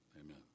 Amen